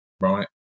right